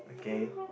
okay